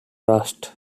rust